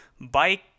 bike